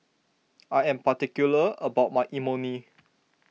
I am particular about my Imoni